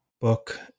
book